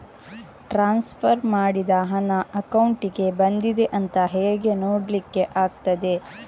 Transfer ಮಾಡಿದ ಹಣ ಅಕೌಂಟಿಗೆ ಬಂದಿದೆ ಅಂತ ಹೇಗೆ ನೋಡ್ಲಿಕ್ಕೆ ಆಗ್ತದೆ?